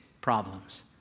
problems